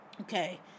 okay